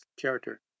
character